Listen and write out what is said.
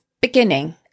beginning